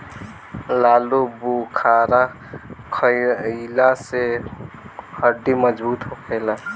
आलूबुखारा खइला से हड्डी मजबूत होखेला